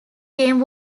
game